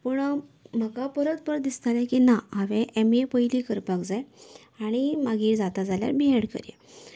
पूण म्हाका परत परत दिसतालें की ना हांवे एम ए पयलीं करपाक जाय आनी मागीर जाता जाल्यार बी एड करया